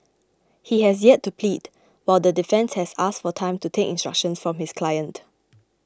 he has yet to plead while the defence has asked for time to take instructions from his client